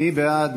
מי בעד?